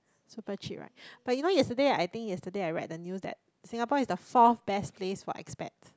super cheap right but you know yesterday I think yesterday I write the news that Singapore is the soft best place what expects